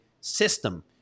system